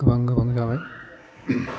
गोबां गोबां जाबाय